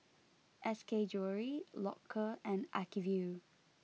S K Jewellery Loacker and Acuvue